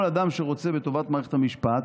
כל אדם שרוצה בטובת מערכת המשפט